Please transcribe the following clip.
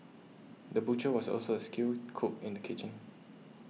the butcher was also a skilled cook in the kitchen